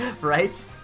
Right